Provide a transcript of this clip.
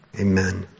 Amen